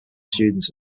students